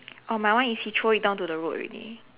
oh my one is he throw it down to the road already